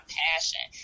passion